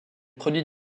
produits